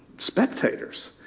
spectators